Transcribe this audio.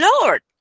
Lord